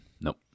Nope